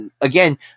again